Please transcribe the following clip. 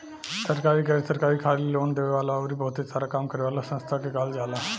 सरकारी, गैर सरकारी, खाली लोन देवे वाला अउरी बहुते सारा काम करे वाला संस्था के कहल जाला